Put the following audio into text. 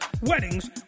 weddings